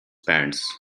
pants